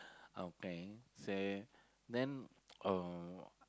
okay so then uh